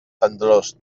tendrors